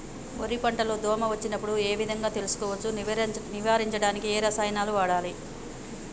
వరి పంట లో దోమ వచ్చినప్పుడు ఏ విధంగా తెలుసుకోవచ్చు? నివారించడానికి ఏ రసాయనాలు వాడాలి?